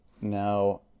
Now